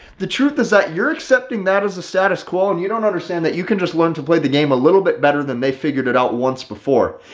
the truth is that you're accepting that as the status quo and you don't understand that you can just learn to play the game a little bit better than they figured it out once before,